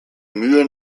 mühlen